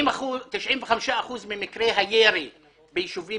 95 אחוזים ממקרי הירי ביישובים